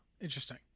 Interesting